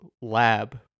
lab